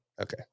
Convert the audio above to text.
Okay